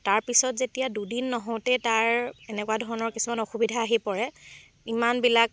তাৰপিছত যেতিয়া দুদিন নহওঁতেই তাৰ এনেকুৱা ধৰণৰ কিছুমান অসুবিধা আহি পৰে ইমানবিলাক